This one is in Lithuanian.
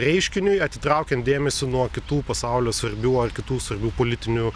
reiškiniui atitraukiant dėmesį nuo kitų pasaulio svarbių ar kitų svarbių politinių